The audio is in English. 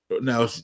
Now